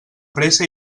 pressa